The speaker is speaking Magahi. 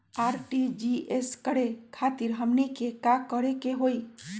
आर.टी.जी.एस करे खातीर हमनी के का करे के हो ई?